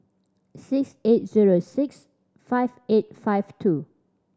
six eight zero six five eight five two